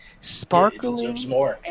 Sparkling